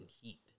heat